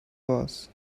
was